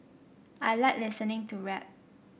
I like listening to rap